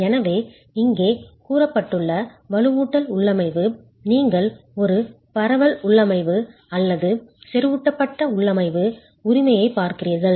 எனவே இங்கே கூறப்பட்டுள்ள வலுவூட்டல் உள்ளமைவு நீங்கள் ஒரு பரவல் உள்ளமைவு அல்லது செறிவூட்டப்பட்ட உள்ளமைவு உரிமையைப் பார்க்கிறீர்கள்